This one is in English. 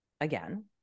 again